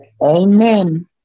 Amen